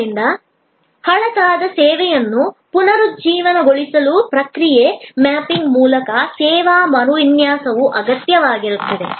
ಆದ್ದರಿಂದ ಹಳತಾದ ಸೇವೆಯನ್ನು ಪುನರುಜ್ಜೀವನಗೊಳಿಸಲು ಪ್ರಕ್ರಿಯೆ ಮ್ಯಾಪಿಂಗ್ ಮೂಲಕ ಸೇವಾ ಮರುವಿನ್ಯಾಸವು ಅಗತ್ಯವಾಗಿರುತ್ತದೆ